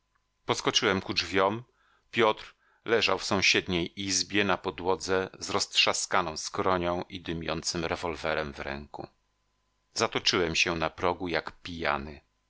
poskoczyłem ku drzwiom piotr leżał w sąsiedniej izbie na podłodze z roztrzaskaną skronią i dymiącym rewolwerem w ręku zatoczyłem się na progu jak pijany